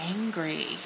angry